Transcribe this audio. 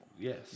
Yes